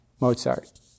Mozart